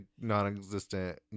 non-existent